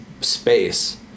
space